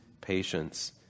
patience